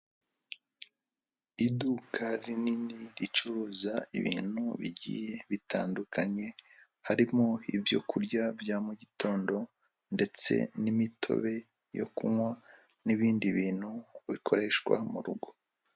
Iduka rinini ricuruza ibintu bigiye bitandukanye harimo ibyokurya bya mugitondo ndetse n'imitobe yo kunywa n'ibindi bintu bikoreshwa mu rugo.